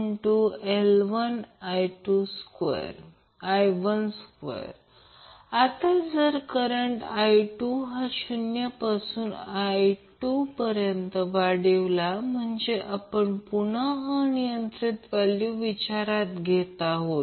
हे प्रत्यक्षात हे ω वर आहे ω ω0 रेझोनन्स फ्रिक्वेन्सि आहे म्हणूनच आपण जिथे जिथे ते XL L ω बनवतो म्हणजेच Lω0 आणि XC 1ω C म्हणजे 1ω0 c असे असेल